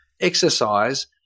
exercise